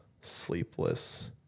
sleepless